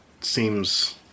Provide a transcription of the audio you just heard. seems